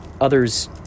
others